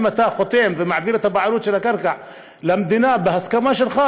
אם אתה חותם ומעביר את הבעלות על הקרקע למדינה בהסכמה שלך,